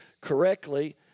correctly